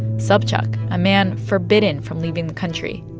sobchak, a man forbidden from leaving the country,